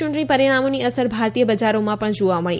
યૂંટણી પરિણામોની અસર ભારતીય બજારોમાં પણ જોવા મળી